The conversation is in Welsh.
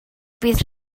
bydd